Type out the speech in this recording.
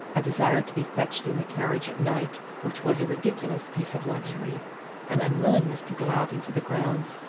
a desire to be fetched in the carriage at night which was a ridiculous piece of luxury an unwillingness to go out into the grounds,